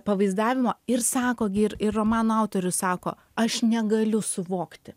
pavaizdavimo ir sako gi ir ir romano autorius sako aš negaliu suvokti